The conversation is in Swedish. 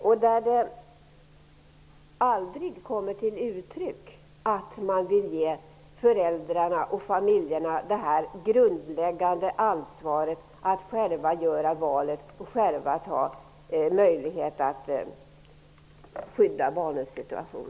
Där kommer det aldrig till uttryck att man vill ge föräldrarna och familjerna ett grundläggande ansvar när det gäller att själva göra valet och att ha möjligheter att skydda barnens situation.